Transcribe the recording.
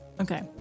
Okay